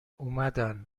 اومدن